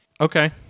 Okay